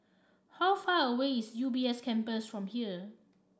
how far away is U B S Campus from here